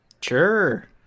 Sure